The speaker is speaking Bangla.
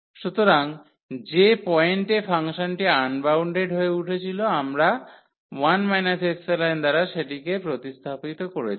সুতরাং যে পয়েন্টে ফাংশনটি আনবাউন্ডেড হয়ে উঠছিল আমরা 1 ϵ দ্বারা সেটটিকে প্রতিস্থাপিত করেছি